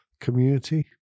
community